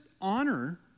honor